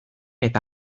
eta